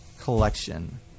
collection